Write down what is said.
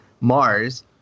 Mars